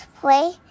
play